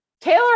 Taylor